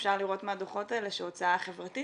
אפשר לראות מהדוחות האלה שההוצאה החברתית,